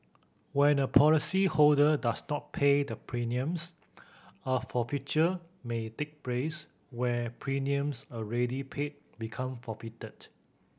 when a policyholder does not pay the premiums a forfeiture may take prays where premiums already paid become forfeited